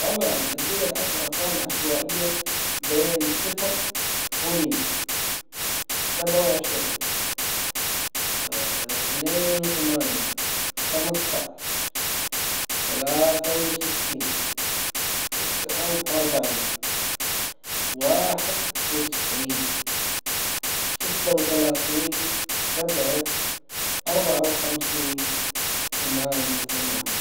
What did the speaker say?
طبعا ادي لك عشر ارقام عشوائية بين صفر ومئة سبعة وعشرين اثنين وثمانين خمسة عشر ثلاثة وستين تسعة واربعين واحد وتسعين ستة وثلاثين سبعة اربعة وخمسين ثمانية وثمانين.